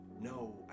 No